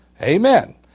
Amen